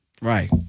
right